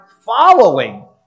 following